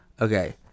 Okay